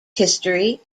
history